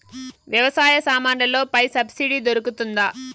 వ్యవసాయ సామాన్లలో పై సబ్సిడి దొరుకుతుందా?